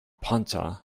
panza